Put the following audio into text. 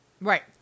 Right